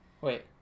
Wait